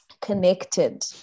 connected